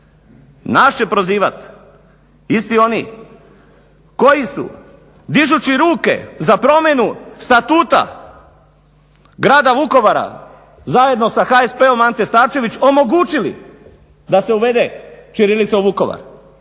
Nas će prozivati isti oni koji su dižući ruke za promjenu statuta grada Vukovara zajedno sa HSP-om Ante Starčević omogućili da se uvede ćirilica u Vukovar.